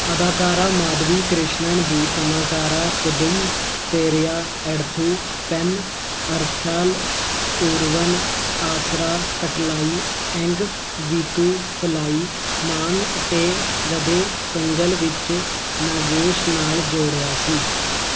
ਅਦਾਕਾਰਾ ਮਾਧਵੀ ਕ੍ਰਿਸ਼ਣਨ ਦੀ ਫਨਾਕਾਰਾ ਕੁਦੁੰਬ ਪੇਰੀਆ ਐਡਥੂ ਪੈੱਨ ਅਰਥਾਲ ਊਰਵਨ ਆਸਰਾ ਕੱਟਲਾਈ ਐਂਗ ਵੀਤੂ ਪਲਾਈ ਨਾਨ ਅਤੇ ਵਧੇ ਕੰਗਲ ਵਿੱਚ ਨਾਗੇਸ਼ ਨਾਲ਼ ਜੋੜਿਆ ਸੀ